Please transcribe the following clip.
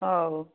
ହଉ